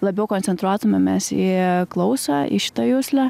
labiau koncentruotumėmės į klausą į šitą juslę